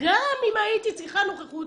גם אם הייתי צריכה נוכחות,